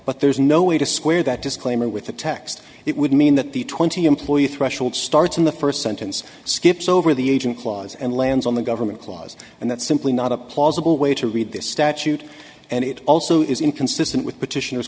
but there's no way to square that disclaimer with the text it would mean that the twenty employee threshold starts in the first sentence skips over the agent clause and lands on the government clause and that's simply not a plausible way to read this statute and it also is inconsistent with petitioners